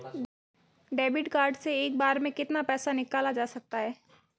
Debit card से एक बार में कितना पैसा निकाला जा सकता है?